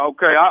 Okay